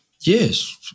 Yes